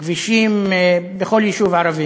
כבישים בכל יישוב ערבי.